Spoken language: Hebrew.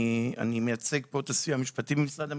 אני מייצג את הסיוע המשפטי ממשרד המשפטים.